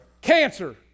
cancer